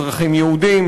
אזרחים יהודים,